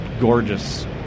gorgeous